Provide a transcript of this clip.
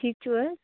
ٹھیٖک چھِو حظ